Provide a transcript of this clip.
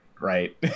right